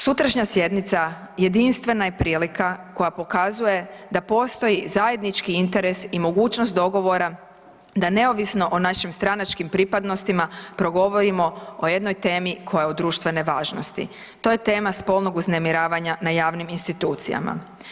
Sutrašnja sjednica jedinstvena je prilika koja pokazuje da postoji zajednički interes i mogućnost dogovora da neovisno o našim stranačkim pripadnostima progovorimo o jednoj temi koja je od društvene važnosti, to je tema spolnog uznemiravanja na javnim institucijama.